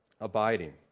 Abiding